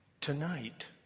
tonight